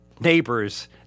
neighbors